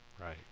Right